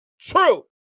true